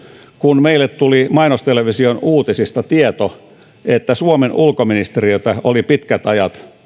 kun meille tuli mainostelevision uutisista tieto että suomen ulkoministeriötä oli pitkät ajat